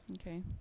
Okay